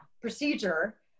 procedure